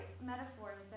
metaphors